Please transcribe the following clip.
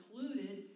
included